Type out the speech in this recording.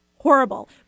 Horrible